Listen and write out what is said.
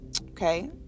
Okay